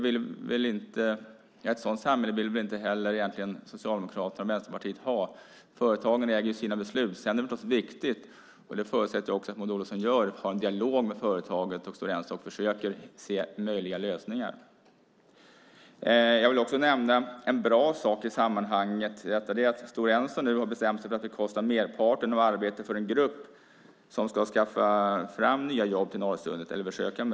Ett sådant samhälle vill väl egentligen inte Socialdemokraterna och Vänsterpartiet heller ha. Företagen äger sina beslut. Men det är förstås viktigt att ha en dialog med företaget och Stora Enso och försöka se möjliga lösningar. Det förutsätter jag att Maud Olofsson har. Jag vill också nämna en bra sak i sammanhanget. Stora Enso har bestämt sig för att bekosta merparten av arbetet för en grupp som ska försöka skaffa fram nya jobb i Norrsundet.